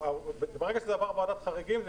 ברגע שזה עבר ועדת חריגים,